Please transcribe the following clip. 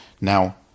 Now